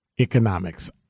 economics